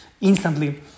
instantly